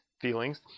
feelings